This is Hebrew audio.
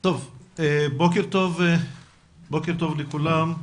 בוקר טוב לכולם,